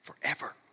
forever